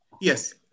Yes